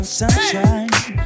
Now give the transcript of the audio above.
sunshine